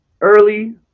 early